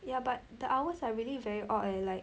ya but the hours are really very odd leh like